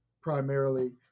primarily